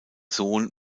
sohn